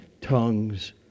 tongues